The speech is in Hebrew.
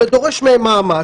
זה דורש מהם מאמץ.